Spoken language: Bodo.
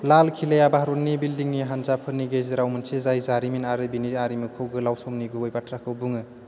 लाल किलाया भारतनि बिल्डिं हानजाफोरनि गेजेराव मोनसे जाय जारिमिन आरो बिनि आरिमुखौ गोलाव समनि गुबै बाथ्राखौ बुङो